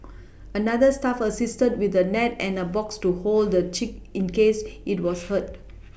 another staff assisted with a net and a box to hold the chick in case it was hurt